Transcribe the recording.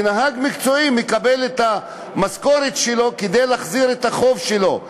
ונהג מקצועי מקבל את המשכורת שלו כדי להחזיר את החוב שלו.